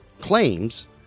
claims